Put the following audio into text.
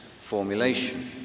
formulation